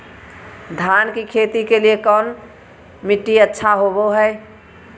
धान की खेती के लिए कौन मिट्टी अच्छा होबो है?